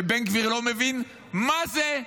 שבן גביר לא מבין מה זה,